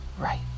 right